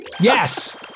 Yes